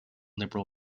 liberal